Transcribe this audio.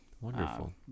Wonderful